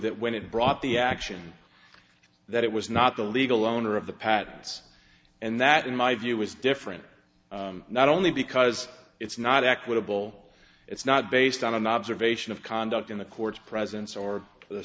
that when it brought the action that it was not the legal owner of the patents and that in my view is different not only because it's not equitable it's not based on an observation of conduct in the courts presence or the